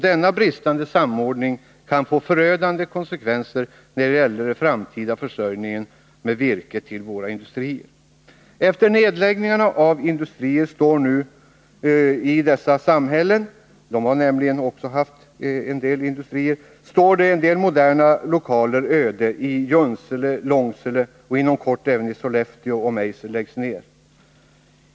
Denna bristande samordning kan få förödande konsekvenser när det gäller den framtida virkesförsäljningen till våra industrier. Efter nedläggningarna av industrier i dessa samhällen — de har nämligen också haft en del industrier — står nu moderna industrilokaler öde i Junsele, Långsele och inom kort även i Sollefteå, om Eiser läggs ned.